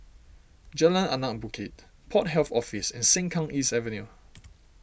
Jalan Anak Bukit Port Health Office and Sengkang East Avenue